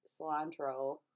cilantro